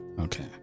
Okay